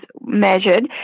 measured